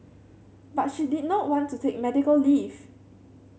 but she did not want to take medical leave